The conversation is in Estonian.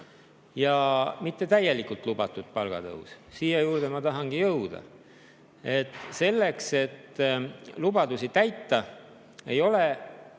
Ja mitte täielikult lubatud palgatõus. Siia juurde ma tahangi jõuda. Selleks et lubadusi täita, ei piisa